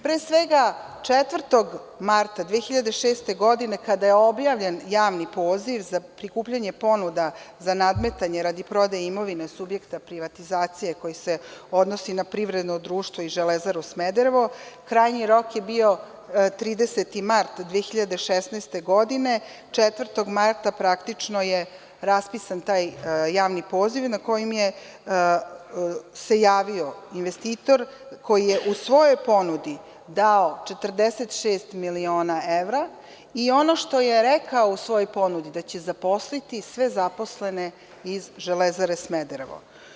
Pre svega, 4. marta 2006. godine, kada je objavljen javni poziv za prikupljanje ponuda za nadmetanje radi prodaje imovine subjekta privatizacije koji se odnosi na privredno društvo i „Železaru Smederevo“, krajnji rok je bio 30. mart 2016. godine, 4. marta praktično je raspisan taj javni poziv na koji se javio investitor koji je u svojoj ponudi dao 46 miliona evra i ono što je rekao u svojoj ponudi, da će zaposliti sve zaposlene iz „Železare Smederevo“